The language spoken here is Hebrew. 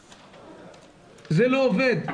זה לא עובד.